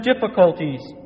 difficulties